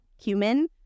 cumin